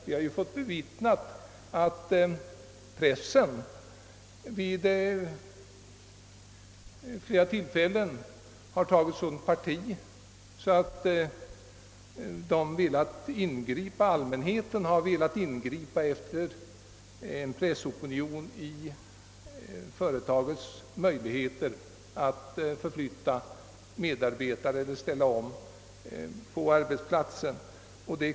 Vi har kunnat bevittna att pressen vid flera tillfällen tagit sådant parti för en medarbetare, att allmänheten velat ingripa i företagets möjligheter att förflytta honom.